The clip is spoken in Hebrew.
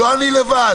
לא אני לבד,